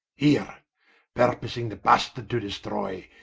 here purposing the bastard to destroy,